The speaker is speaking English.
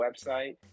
website